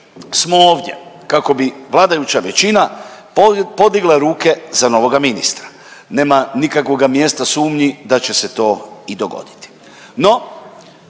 smo ovdje kako bi vladajuća većina podigla ruke za novoga ministra. Nema nikakvoga mjesta sumnji da će se to i dogoditi.